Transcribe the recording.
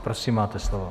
Prosím, máte slovo.